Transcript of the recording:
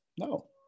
No